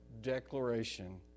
declaration